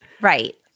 Right